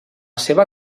seva